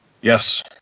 Yes